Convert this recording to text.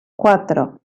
cuatro